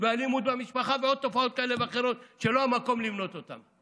ואלימות במשפחה ועוד תופעות כאלה ואחרות שלא המקום למנות אותם,